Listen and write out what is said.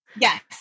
Yes